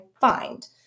find